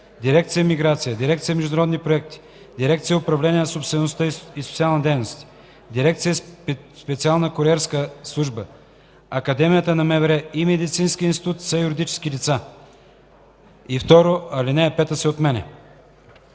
дирекция „Миграция”, дирекция „Международни проекти”, дирекция „Управление на собствеността и социални дейности”, дирекция „Специална куриерска служба”, Академията на МВР и Медицинският институт са юридически лица”. 2. Алинея 5 се отменя.”